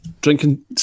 drinking